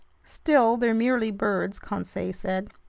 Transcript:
still, they're merely birds, conseil said.